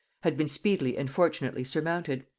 had been speedily and fortunately surmounted.